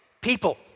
people